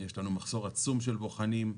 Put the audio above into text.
יש לנו מחסור עצום של בוחנים.